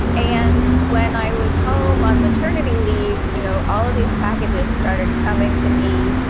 and when i was home on maternity leave, you know all of these packages started coming to me,